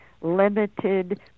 limited